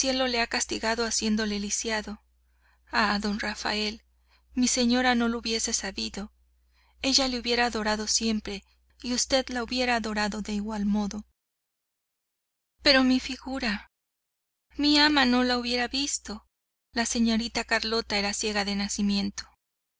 cielo le ha castigado haciéndole lisiado ah d rafael mi señora no lo hubiese sabido ella le hubiera adorado siempre y usted la hubiera adorado de igual modo pero mi figura mi ama no la hubiera visto la señorita carlota era ciega de nacimiento